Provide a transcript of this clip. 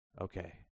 Okay